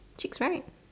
chicks right